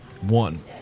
One